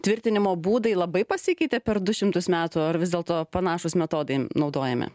tvirtinimo būdai labai pasikeitė per du šimtus metų ar vis dėlto panašūs metodai naudojami